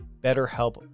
BetterHelp